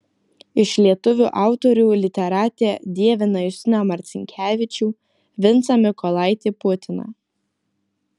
iš lietuvių autorių literatė dievina justiną marcinkevičių vincą mykolaitį putiną